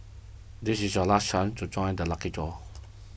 this is your last chance to join the lucky draw